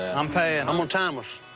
ah i'm paying. i'm gonna time us.